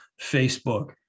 Facebook